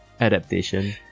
adaptation